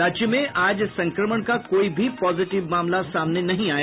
राज्य में आज संक्रमण का कोई भी पॉजिटिव मामला सामने नहीं आया